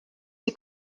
die